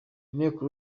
inteko